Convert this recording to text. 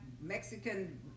Mexican